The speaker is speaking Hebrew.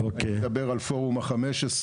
אני מדבר על פורום ה-15,